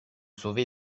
sauver